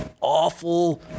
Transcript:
awful